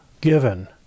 given